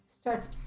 Starts